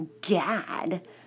gad